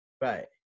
Right